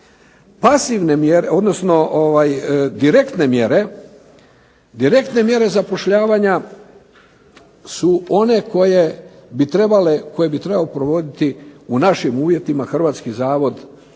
Pasivne mjere, odnosno direktne mjere zapošljavanja su one koje bi trebao provoditi u našim uvjetima Hrvatski zavod za